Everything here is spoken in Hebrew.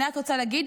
אני רק רוצה להגיד,